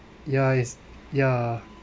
ya it's ya